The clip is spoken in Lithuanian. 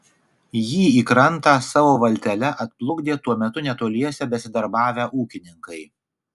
jį į krantą savo valtele atplukdė tuo metu netoliese besidarbavę ūkininkai